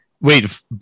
Wait